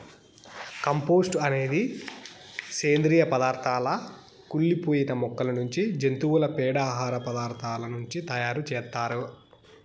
compost అనేది సేంద్రీయ పదార్థాల కుళ్ళి పోయిన మొక్కల నుంచి, జంతువుల పేడ, ఆహార పదార్థాల నుంచి తయారు చేత్తారు